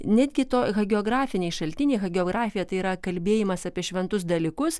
netgi to hagiografiniai šaltiniai hagiografija tai yra kalbėjimas apie šventus dalykus